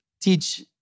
teach